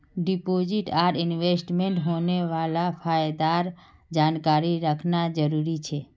deposit आर इन्वेस्टमेंटत होने वाला फायदार जानकारी रखना जरुरी छे